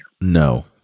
No